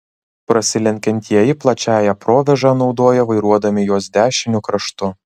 prasilenkiantieji plačiąją provėžą naudoja vairuodami jos dešiniu kraštu